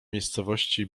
miejscowości